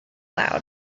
loud